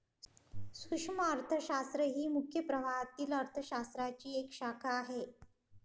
सूक्ष्म अर्थशास्त्र ही मुख्य प्रवाहातील अर्थ शास्त्राची एक शाखा आहे